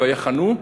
ויחנו",